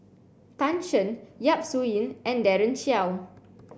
Tan Shen Yap Su Yin and Daren Shiau